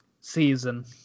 season